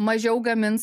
mažiau gamins